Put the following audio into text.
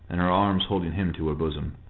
and her arms holding him to her bosom.